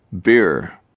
Beer